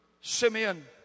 Simeon